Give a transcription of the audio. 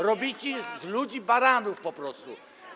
Robicie z ludzi baranów po prostu.